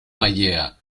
mayea